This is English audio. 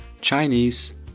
Chinese